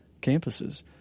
campuses